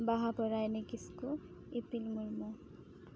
ᱵᱟᱦᱟᱯᱚᱨᱟᱭᱱᱤ ᱠᱤᱥᱠᱩ ᱤᱯᱤᱞ ᱢᱩᱨᱢᱩ